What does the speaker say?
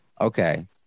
Okay